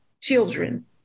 children